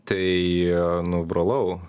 tai nu brolau